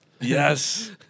Yes